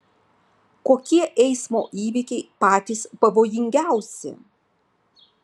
kokie eismo įvykiai patys pavojingiausi